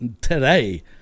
today